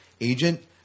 agent